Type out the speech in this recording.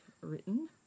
written